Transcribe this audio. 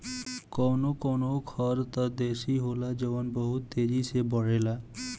कवनो कवनो खर त देसी होला जवन बहुत तेजी बड़ेला